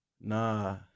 nah